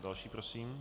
Další prosím.